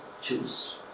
choose